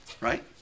right